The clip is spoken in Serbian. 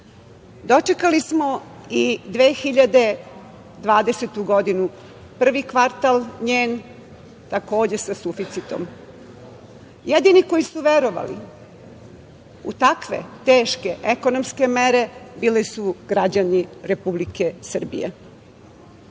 Dočekali smo i 2020. godinu, prvi njen kvartal takođe sa suficitom. Jedini koji su verovali u takve teške ekonomske mere bili su građani Republike Srbije.